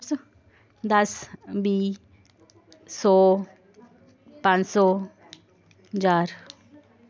दस्स बीह् सौ पंज सौ ज्हार